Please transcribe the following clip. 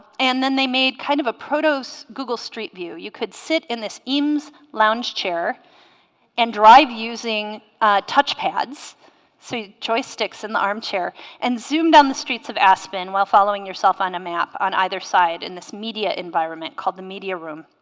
and then they made kind of a pro dos google streetview you could sit in this eames lounge chair and drive using touch pads so joysticks in the armchair and zoom down the streets of aspen while following yourself on a map on either side in this media environment called the media room